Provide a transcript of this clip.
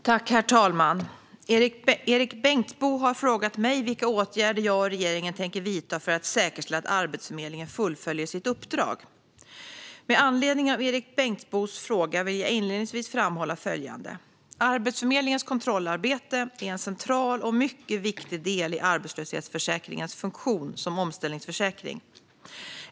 Herr talman! Erik Bengtzboe har frågat mig vilka åtgärder jag och regeringen tänker vidta för att säkerställa att Arbetsförmedlingen fullföljer sitt uppdrag. Med anledning av Erik Bengtzboes fråga vill jag inledningsvis framhålla följande. Arbetsförmedlingens kontrollarbete är en central och mycket viktig del i arbetslöshetsförsäkringens funktion som omställningsförsäkring.